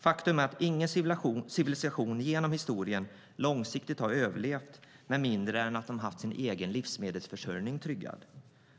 Faktum är att ingen civilisation genom historien har överlevt långsiktigt med mindre än att den haft sin egen livsmedelsförsörjning tryggad.